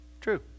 True